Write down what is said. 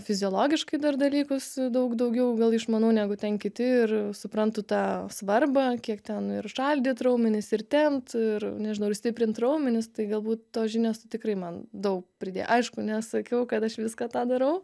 fiziologiškai dar dalykus daug daugiau gal išmanau negu ten kiti ir suprantu tą svarbą kiek ten ir šaldyt raumenis ir tempt ir nežinau ir stiprint raumenis tai galbūt tos žinios tikrai man daug pridėjo aišku nesakiau kad aš viską ką darau